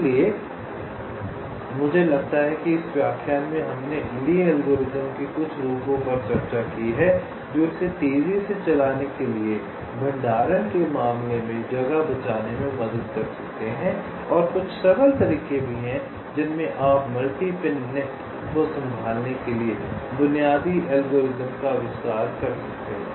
इसलिए मुझे लगता है कि इस व्याख्यान में हमने ली के एल्गोरिथ्म के कुछ रूपों पर चर्चा की है जो इसे तेजी से चलाने के लिए भंडारण के मामले में जगह बचाने में मदद कर सकते हैं और कुछ सरल तरीके भी हैं जिनमें आप मल्टी पिन नेट को संभालने के लिए बुनियादी एल्गोरिथ्म का विस्तार कर सकते हैं